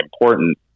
important